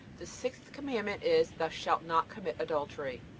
the sixth commandment is thou shalt not commit adultery.